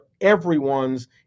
everyone's